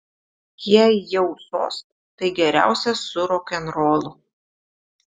jei jau sos tai geriausia su rokenrolu